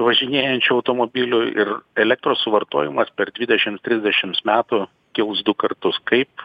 važinėjančių automobilių ir elektros suvartojimas per dvidešimts trisdešimts metų kils du kartus kaip